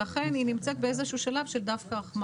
לכן היא נמצאת באיזשהו שלב של החמרה.